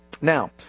Now